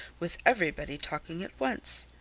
with everybody talking at once.